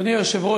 אדוני היושב-ראש,